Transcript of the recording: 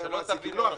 שלא תבין לא נכון,